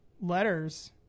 letters